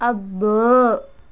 అబ్బో